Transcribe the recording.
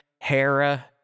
Hera